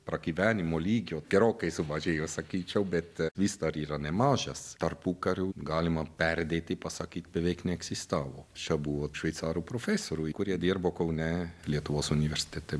pragyvenimo lygio gerokai sumažėjo sakyčiau bet vis dar yra nemažas tarpukariu galima perdėtai pasakyti beveik neegzistavo čia buvo šveicarų profesorių kurie dirbo kaune lietuvos universitete